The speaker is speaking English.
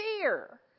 fear